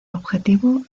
objetivo